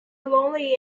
lonely